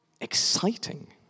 exciting